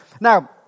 Now